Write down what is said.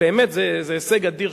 באמת זה הישג אדיר,